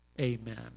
amen